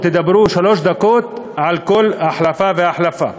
תדברו שלוש דקות על כל החלפה והחלפה.